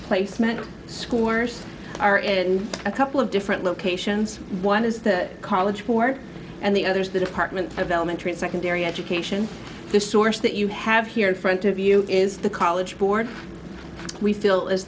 placement schoolers are in a couple of different locations one is the college board and the other is the department of elementary and secondary education the source that you have here in front of you is the college board we feel as